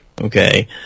okay